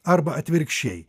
arba atvirkščiai